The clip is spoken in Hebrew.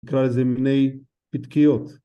נקרא לזה מיני פתקיות